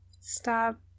Stop